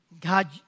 God